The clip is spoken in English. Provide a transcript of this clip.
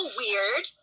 weird